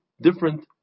different